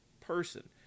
person